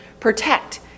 protect